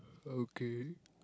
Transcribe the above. okay